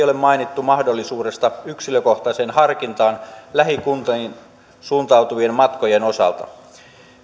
ole mainittu mahdollisuudesta yksilökohtaiseen harkintaan lähikuntiin suuntautuvien matkojen osalta